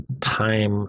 time